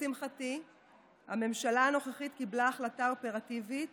לשמחתי הממשלה הנוכחית קיבלה החלטה אופרטיבית